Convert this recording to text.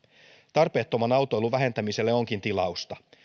tarpeettoman autoilun vähentämiselle onkin tilausta